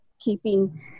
keeping